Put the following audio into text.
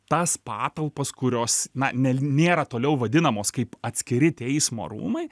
tas patalpas kurios na ne nėra toliau vadinamos kaip atskiri teismo rūmai